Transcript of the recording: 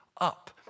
up